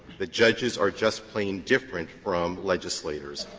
that judges are just plain different from legislators.